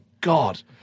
God